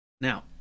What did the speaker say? Now